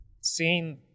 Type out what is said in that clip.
seeing